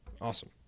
Awesome